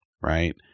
right